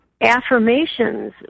affirmations